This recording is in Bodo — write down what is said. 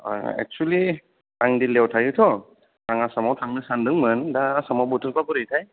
एक्सुलि आं दिल्लियाव थायो थ' आं आसामाव थांनो सानदोंमोन दा आसामाव बोथोरफ्रा बोरैथाय